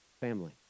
family